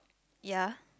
ya